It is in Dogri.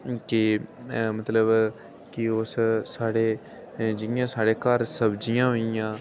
कोह् मतलब के उस साढ़े जियां घर साढ़े सब्जियां होई गेइयां